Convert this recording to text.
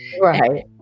Right